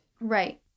Right